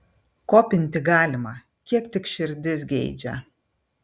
kopinti galima kiek tik širdis geidžia